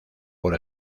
por